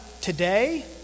Today